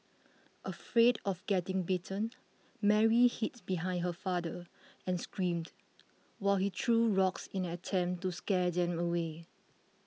afraid of getting bitten Mary hid behind her father and screamed while he threw rocks in an attempt to scare them away